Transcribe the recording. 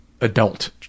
adult